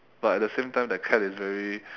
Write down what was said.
but at the same time the cat is very